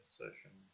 session